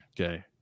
Okay